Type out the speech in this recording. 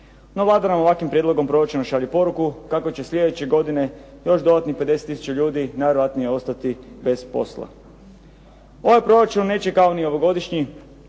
No Vlada nam ovakvim prijedlogom proračuna šalje poruku kako će sljedeće godine još dodatnih 50 tisuća ljudi najvjerojatnije ostati bez posla. Ovaj proračun neće, kao ni ovogodišnji,